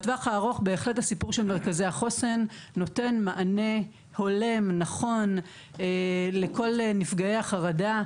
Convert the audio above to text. בטווח הארוך מרכזי החוסן בהחלט נותנים מענה הולם ונכון לכל נפגעי החרדה.